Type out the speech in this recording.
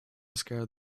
scared